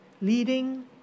leading